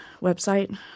website